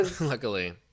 luckily